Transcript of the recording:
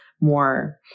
more